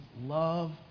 Love